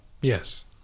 Yes